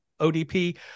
ODP